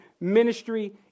ministry